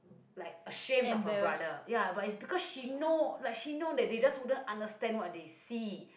like ashamed of her brother ya but is because she know like she know that they just wouldn't understand what they see